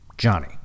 Johnny